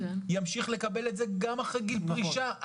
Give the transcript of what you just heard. ימשיך לקבל את זה גם אחרי גיל פרישה,